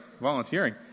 volunteering